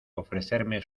ofrecerme